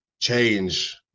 change